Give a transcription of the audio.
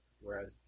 whereas